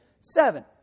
seven